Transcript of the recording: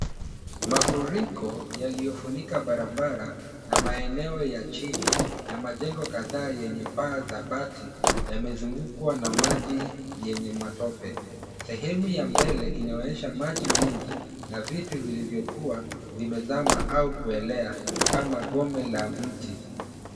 Mafuriko yaliyofunika barabara na maeneo ya chini na majengo kadhaa zenye paa za bati yamezungukwa na na maji yenye matope sehemu ya mbele inaonyesha maji mengi vitu vingi vilivyokuwa vimezama au kuelea kama gome la mti.